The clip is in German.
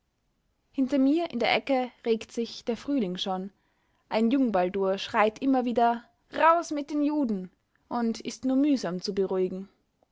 hinter mir in der ecke regt sich der frühling schon ein jungbaldur schreit immer wieder raus mit den juden und ist nur mühsam zu beruhigen